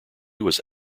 was